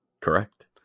correct